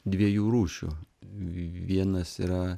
dviejų rūšių vienas yra